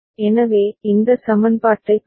எனவே வெளியீட்டு சமன்பாடு உள்ளீட்டையும் கருதுகிறது